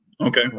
Okay